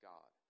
God